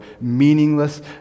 meaningless